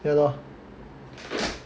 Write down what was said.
ya lor